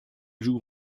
joue